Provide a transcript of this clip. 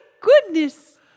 goodness